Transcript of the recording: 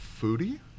foodie